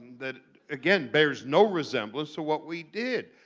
that again, bears no resemblance to what we did.